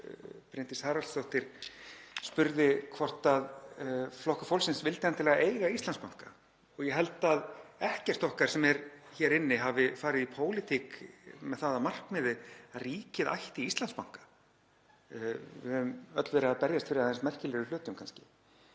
Bryndís Haraldsdóttir spurði hvort Flokkur fólksins vildi endilega eiga Íslandsbanka. Ég held að ekkert okkar sem erum hér inni hafi farið í pólitík með það að markmiði að ríkið ætti Íslandsbanka. Við höfum kannski öll verið að berjast fyrir aðeins merkilegri hlutum.